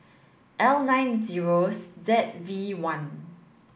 L nine zeros Z V one